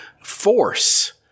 force